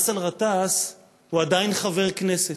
באסל גטאס עדיין חבר כנסת,